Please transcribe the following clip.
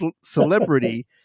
celebrity